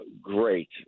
great